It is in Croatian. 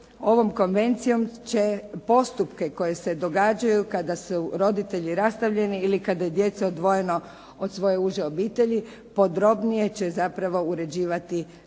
ovom Konvencijom će postupke koji se događaju kada su roditelji rastavljeni ili kada djeca odvojeno od svoje uže obitelji podrobnije će zapravo uređivati djetetova